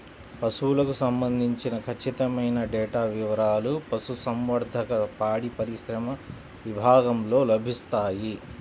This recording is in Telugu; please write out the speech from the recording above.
పశువులకు సంబంధించిన ఖచ్చితమైన డేటా వివారాలు పశుసంవర్ధక, పాడిపరిశ్రమ విభాగంలో లభిస్తాయి